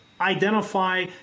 Identify